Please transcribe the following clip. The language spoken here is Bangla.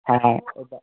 হ্যাঁ হ্যাঁ